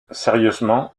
sérieusement